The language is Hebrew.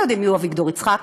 שנינו יודעים מיהו אביגדור יצחקי